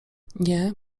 nie